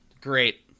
Great